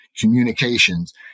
communications